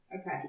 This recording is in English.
Okay